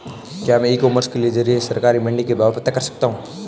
क्या मैं e commerce के ज़रिए सरकारी मंडी के भाव पता कर सकता हूँ?